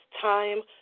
time